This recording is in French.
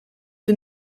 des